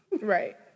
Right